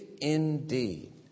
indeed